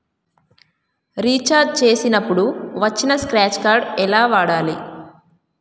Recharge చేసినప్పుడు వచ్చిన scratch card ఎలా వాడాలి?